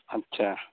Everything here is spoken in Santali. ᱟᱪᱪᱷᱟ